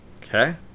Okay